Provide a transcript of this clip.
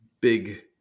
big